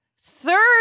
Third